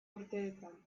urteetan